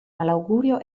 malaugurio